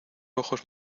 ojos